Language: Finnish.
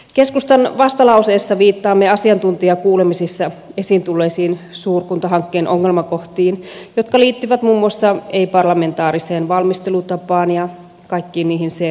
keskustan vastalauseessa viittaamme asiantuntijakuulemisissa esiin tulleisiin suurkuntahankkeen ongelmakohtiin jotka liittyvät muun muassa ei parlamentaariseen valmistelutapaan ja kaikkiin niihin seurauksiin